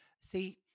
See